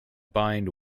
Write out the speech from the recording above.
bind